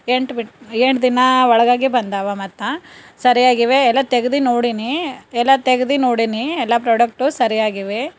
ಎಂಟು ಬಿಟ್ಟು ಎಂಟು ದಿನ ಒಳಗಾಗಿಯೇ ಬಂದಿವೆ ಮತ್ತು ಸರಿಯಾಗಿವೆ ಎಲ್ಲ ತೆಗ್ದು ನೋಡಿನಿ ಎಲ್ಲ ತೆಗ್ದು ನೋಡಿನಿ ಎಲ್ಲ ಪ್ರಾಡಕ್ಟು ಸರಿಯಾಗಿವೆ